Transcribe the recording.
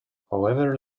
however